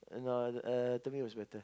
Uh no uh to me it was better